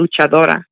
luchadora